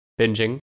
binging